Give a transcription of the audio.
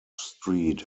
street